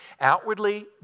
Outwardly